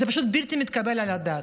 בלתי מתקבל על הדעת.